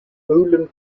olin